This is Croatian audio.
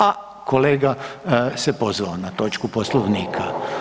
A kolega se pozvao na točku Poslovnika.